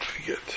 forget